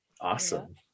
Awesome